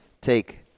take